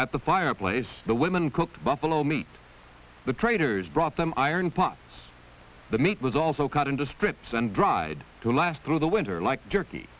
at the fireplace the women cook buffalo meat the traders brought them iron pots the meat was also cut into strips and dried to last through the winter like a turkey